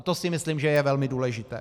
To si myslím, že je velmi důležité.